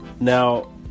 Now